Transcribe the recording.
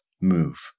move